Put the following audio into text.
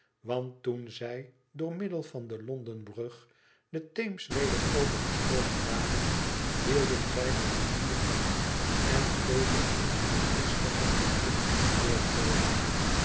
want toen zij door middel van de london brug de theems weder overgestoken waren hielden zij den rivierkant en bleven in die nog mistiger richting